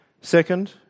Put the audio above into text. Second